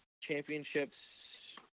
championships